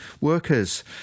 Workers